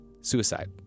suicide